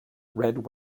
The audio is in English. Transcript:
red